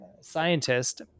scientist